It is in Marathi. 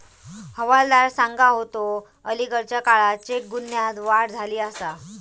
हवालदार सांगा होतो, अलीकडल्या काळात चेक गुन्ह्यांत वाढ झाली आसा